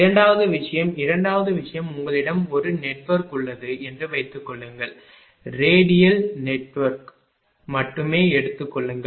இரண்டாவது விஷயம் இரண்டாவது விஷயம் உங்களிடம் ஒரு நெட்வொர்க் உள்ளது என்று வைத்துக்கொள்ளுங்கள் ரேடியல் நெட்வொர்க்கை மட்டும் எடுத்துக் கொள்ளுங்கள்